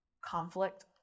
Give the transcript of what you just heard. conflict